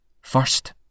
First